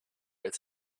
its